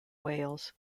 wales